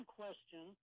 question